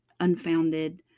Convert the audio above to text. Unfounded